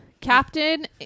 Captain